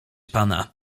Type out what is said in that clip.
pana